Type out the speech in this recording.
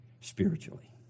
spiritually